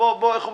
איך אומרים?